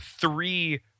three